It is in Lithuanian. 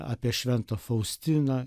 apie šventą faustiną